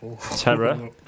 Terror